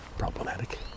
problematic